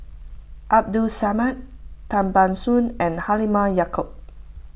Abdul Samad Tan Ban Soon and Halimah Yacob